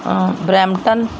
Brampton